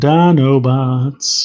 Dinobots